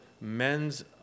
men's